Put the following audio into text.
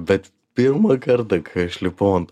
bet pirmąkart kai aš lipau ant